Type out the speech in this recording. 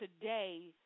today